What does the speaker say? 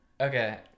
Okay